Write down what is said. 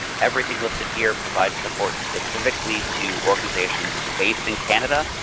everything listed here provides support specific like to organizations based in canada.